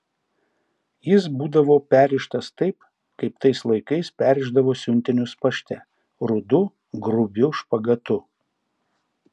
jis būdavo perrištas taip kaip tais laikais perrišdavo siuntinius pašte rudu grubiu špagatu